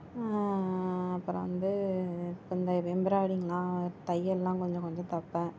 அப்புறம் வந்து கொஞ்சம் எம்ப்ராய்டிங்யெலாம் தையெல்லாம் கொஞ்சம் கொஞ்சம் தைப்பேன்